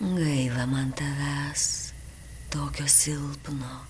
gaila man tavęs tokio silpno